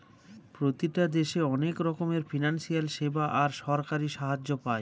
প্রতিটি দেশে অনেক রকমের ফিনান্সিয়াল সেবা আর সরকারি সাহায্য পায়